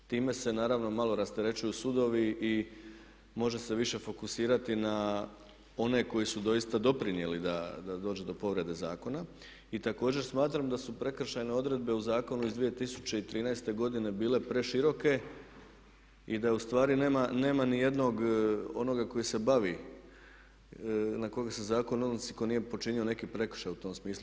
Time se naravno malo rasterećuju sudovi i može se više fokusirati na one koji su dosta doprinijeli da dođu do povrede zakona i također smatram da su prekršajne odredbe u Zakonu iz 2013.godine bile preširoke i da ustvari nema nijednog onoga koji se bavi, na koga se zakon odnosi, koji nije počinio neki prekršaj u tom smislu.